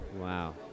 Wow